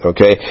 Okay